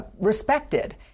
respected